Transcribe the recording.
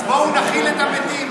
אז בואו נכיל את המתים.